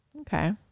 Okay